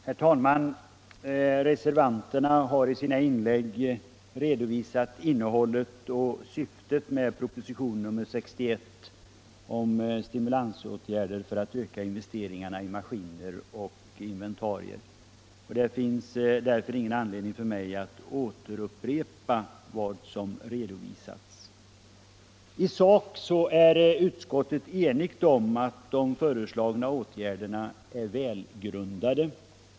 Herr talman! Reservanterna har i sina inlägg redovisat innehållet i och syftet med propositionen 61 om stimulansåtgärder för att öka investeringarna i maskiner och inventarier. Det finns därför ingen anledning för mig att upprepa vad som har redovisats. I sak är utskottet enigt om att de föreslagna åtgärderna är välgrundade.